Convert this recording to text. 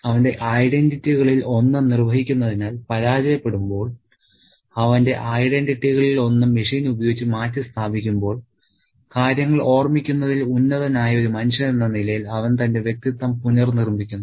അവന്റെ ഐഡന്റിറ്റികളിൽ ഒന്ന് നിർവഹിക്കുന്നതിൽ പരാജയപ്പെടുമ്പോൾ അവന്റെ ഐഡന്റിറ്റികളിൽ ഒന്ന് മെഷീൻ ഉപയോഗിച്ച് മാറ്റിസ്ഥാപിക്കുമ്പോൾ കാര്യങ്ങൾ ഓർമ്മിക്കുന്നതിൽ ഉന്നതനായ ഒരു മനുഷ്യനെന്ന നിലയിൽ അവൻ തന്റെ വ്യക്തിത്വം പുനർനിർമ്മിക്കുന്നു